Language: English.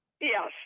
Yes